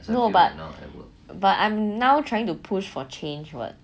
no but but I'm trying to push for train [what]